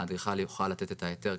האדריכל יוכל לתת את ההיתר,